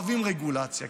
אוהבים רגולציה,